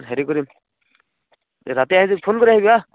হেৰি কৰিম দে ৰাতি আহি যাবি ফোন কৰি আহিবি হাঁ